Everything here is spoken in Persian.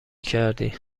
کردی